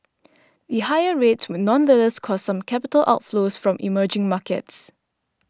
the higher rates would nonetheless cause some capital outflows from emerging markets